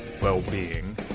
well-being